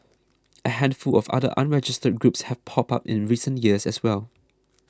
a handful of other unregistered groups have popped up in recent years as well